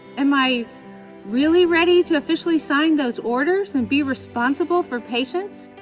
am i really ready to officially sign those orders and be responsible for patients?